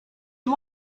you